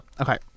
Okay